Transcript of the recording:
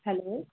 hello